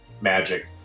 magic